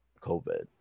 COVID